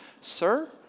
sir